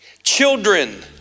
Children